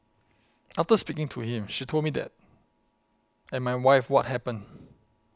after speaking to him she told me that and my wife what happened